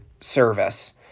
service